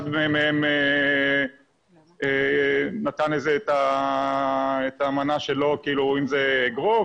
מהם נתן את המנה שלו אם זה אגרוף,